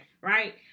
Right